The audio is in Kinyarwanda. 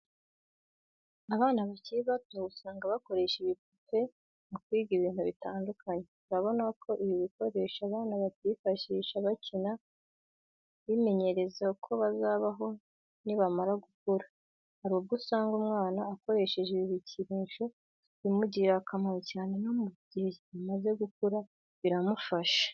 Abana bakiri bato usanga bakoresha ibipupe mu kwiga ibintu bitandukanye, urabona ko ibi bikoresho abana babyifashisha bakina bimenyereza uko bazabaho nibamara gukura. Hari ubwo usanga umwana akoresheje ibi bikinisho bimugirira akamaro cyane no mu gihe amaze gukura biramufasha.